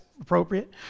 appropriate